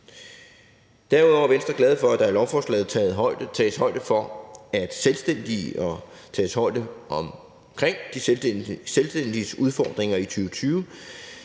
Derudover er Venstre rigtig glade for, at der i lovforslaget tages hånd om de selvstændige og tages højde for de selvstændiges udfordringer i 2020,